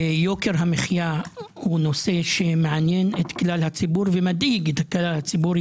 יוקר המחיה הוא נושא שמעניין את כלל הציבור ומדאיג את כלל הציבור,